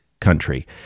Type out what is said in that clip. country